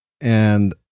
And-